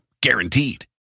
guaranteed